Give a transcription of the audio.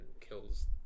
kills